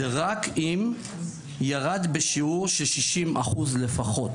זה רק אם "ירד בשיעור של 60% לפחות",